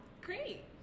Great